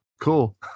cool